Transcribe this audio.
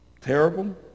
terrible